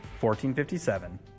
1457